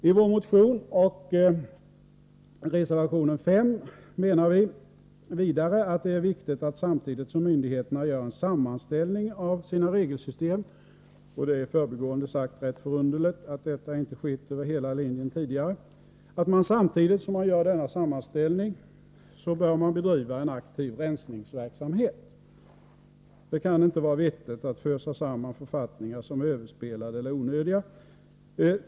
I vår motion och i reservation 5 menar vi vidare att det är viktigt att myndigheterna, samtidigt som de gör en sammanställning av sina regelsystem — det är i förbigående sagt rätt förunderligt att detta inte skett över hela linjen tidigare — bör bedriva en aktiv rensningsverksamhet. Det kan inte vara vettigt att fösa samman författningar som är överspelade eller onödiga.